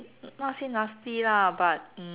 not say nasty lah but mm